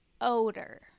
odor